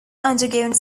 undergone